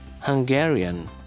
Hungarian